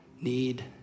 need